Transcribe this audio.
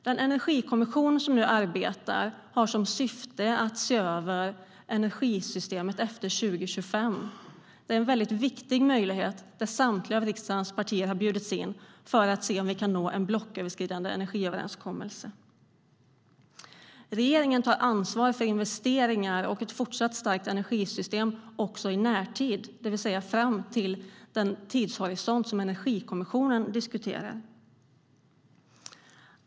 Den energikommission som nu arbetar har som syfte att se över energisystemet efter 2025. Detta är en väldigt viktig möjlighet. Samtliga av riksdagens partier har bjudits in för att se om vi kan nå en blocköverskridande energiöverenskommelse. Regeringen tar ansvar för investeringar och ett fortsatt starkt energisystem också i närtid, det vill säga fram till den tidshorisont som Energikommissionen diskuterar.